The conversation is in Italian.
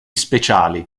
speciali